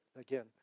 Again